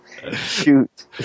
Shoot